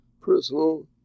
personal